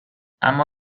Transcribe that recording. اما